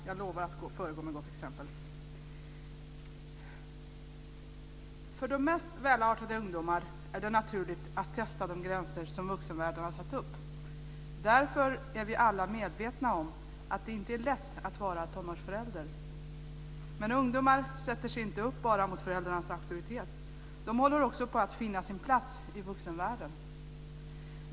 Fru talman! För de mest välartade ungdomar är det naturligt att testa de gränser som vuxenvärlden har satt upp. Därför är vi alla medvetna om att det inte är lätt att vara tonårsförälder. Men ungdomar sätter sig inte upp bara mot föräldrarnas auktoritet. De håller också på att finna sin plats i vuxenvärlden.